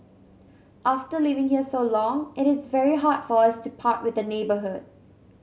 after living here so long it is very hard for us to part with the neighbourhood